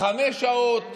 חמש שעות,